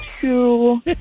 two